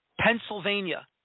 Pennsylvania